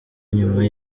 nyuma